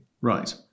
Right